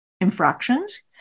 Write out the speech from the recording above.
infractions